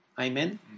Amen